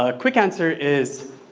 ah quick answer is,